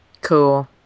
Cool